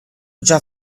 già